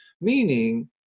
meaning